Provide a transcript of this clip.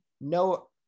No